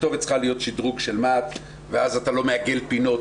הכתובת צריכה להיות שידרוג של מה"ט ואז אתה לא מעגל פינות,